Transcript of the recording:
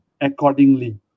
accordingly